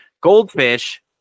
goldfish